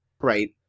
Right